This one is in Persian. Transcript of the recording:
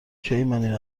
این